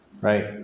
Right